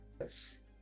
Yes